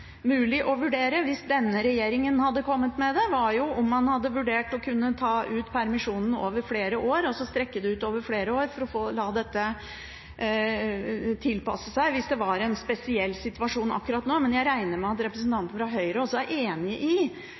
mulig å vurdere – hvis denne regjeringen hadde kommet med det – er om man kunne ta ut permisjonen over flere år, strekke den ut over flere år, for å la dette tilpasse seg, hvis det var en spesiell situasjon akkurat da. Jeg regner med at representanten fra Høyre også er enig i